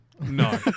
no